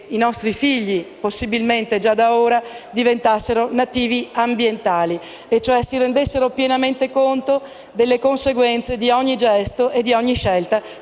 i nostri figli, possibilmente già da ora, diventassero nativi ambientali, cioè si rendessero pienamente conto delle conseguenze di ogni gesto e di ogni scelta